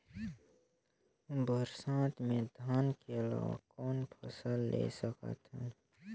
बरसात मे धान के अलावा कौन फसल ले सकत हन?